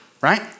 right